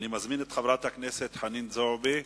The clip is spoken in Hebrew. אני מזמין את חברת הכנסת חנין זועבי.